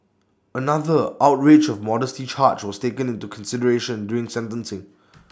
another outrage of modesty charge was taken into consideration during sentencing